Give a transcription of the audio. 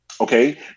okay